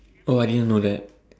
oh I didn't know that